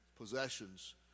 possessions